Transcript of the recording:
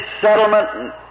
settlement